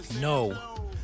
No